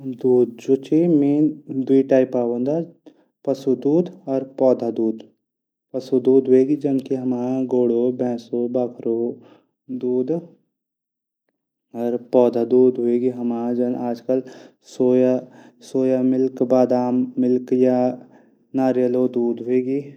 दूध जू छन दुई टाइप हूंदा पशु दूध। पौधो दूध। पशु दूध वेगे जन हमरू गौड भैंसो बखरो दूध। और पौधों। दूध ह्वगे हमर आजकल सोयाबीन मिल्क बादाम मिल्क नारियल। बेलो दूध हवेगे।